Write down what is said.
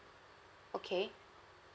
okay